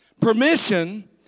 Permission